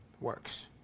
works